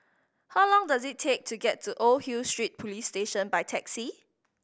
how long does it take to get to Old Hill Street Police Station by taxi